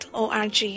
o-r-g